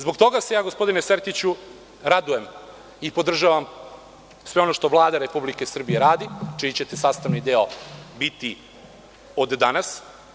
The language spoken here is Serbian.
Zbog toga se ja, gospodine Sertiću, radujem i podržavam sve ono što Vlada Republike Srbije radi, čiji ćete sastavni deo biti od danas.